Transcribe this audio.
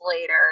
later